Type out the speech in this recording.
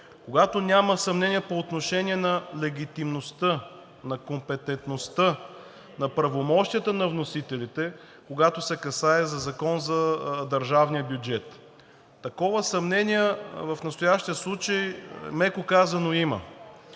когато няма съмнение по отношение на легитимността, на компетентността, на правомощията на вносителите, когато се касае за Закона за държавния бюджет. Такова съмнение в настоящия случай, меко казано, има.